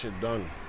done